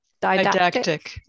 Didactic